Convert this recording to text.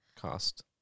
cost